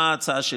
למה ההצעה שלנו.